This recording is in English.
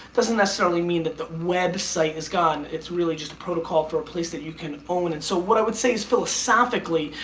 doesn't necessarily mean that the website is gone. it's really just protocol for a place that you can own. and so what i would say is philosophically,